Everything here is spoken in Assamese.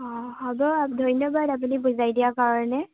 অ হ'ব ধন্যবাদ আপুনি বুজাই দিয়াৰ কাৰণে